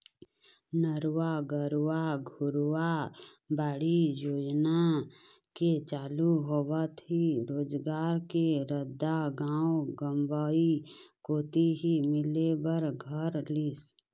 नरूवा, गरूवा, घुरूवा, बाड़ी योजना के चालू होवत ही रोजगार के रद्दा गाँव गंवई कोती ही मिले बर धर लिस